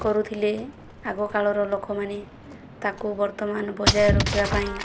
କରୁଥିଲେ ଆଗକାଳର ଲୋକମାନେ ତାକୁ ବର୍ତ୍ତମାନ ବଜାୟ ରଖିବା ପାଇଁ